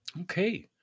Okay